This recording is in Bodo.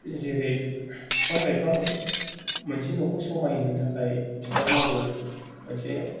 जेरै बिफां लाइफां मोनसे न'खौ समाय होनो थाखाय बिबार नांगौ